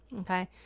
okay